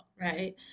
right